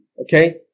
okay